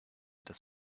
das